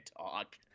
talk